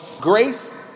grace